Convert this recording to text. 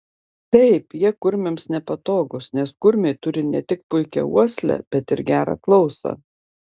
taip jie kurmiams nepatogūs nes kurmiai turi ne tik puikią uoslę bet ir gerą klausą